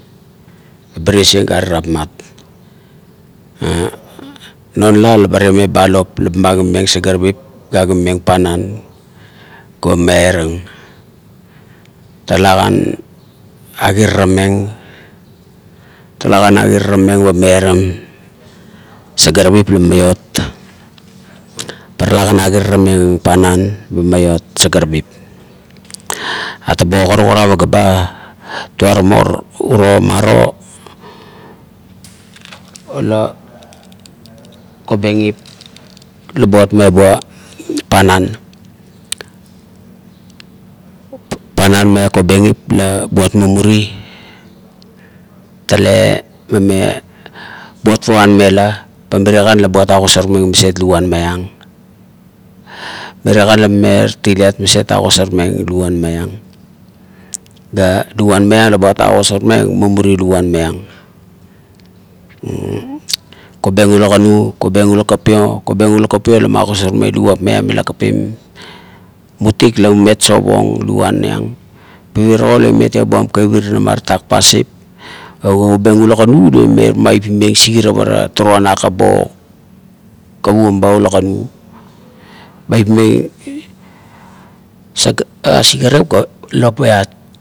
Ba ties gare tapmat na non lap laba temeba lop la ba maginameng sagarabip ga agimameng panan ba miarang talakan agirarameng, talakan agirarameng b miairam sagarabip ba maiot, pa talakan agirarameng panan, ba maiot sagarabip. Atabo karugara a paga ba, tuaramo uro maro la kobengip la buat mibua panan. Panan maiang kobengip la buat mumuri. t ale mane buat wanmela pa mirie la buat agosarmeng maset luguan maileng mirie kan tatauliat maset luguan maiang ga luguan buat agosarmeng mumuri luguan maiang, kobeng ula kanu, kobeng ula kapio, kobeng ula kapio la buat magosarmeng luguap maiam miula kapim muluk la ume sap ong luguan maiuang pivirago la imet ia buam kavirip na tatek pasip pa kobeng ula kanu la ime ma ipim ieng sigarap ara toroan nakap bo kuguom ba ula kanu, ba maitneng sigarap ga lopmiat